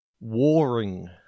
warring